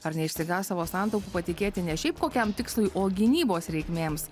ar neišsigąs savo santaupų patikėti ne šiaip kokiam tikslui o gynybos reikmėms